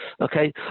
Okay